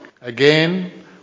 Again